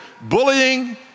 Bullying